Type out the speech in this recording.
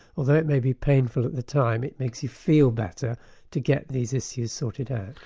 although it may be painful at the time, it makes you feel better to get these issues sorted out.